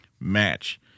match